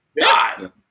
God